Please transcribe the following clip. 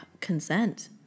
consent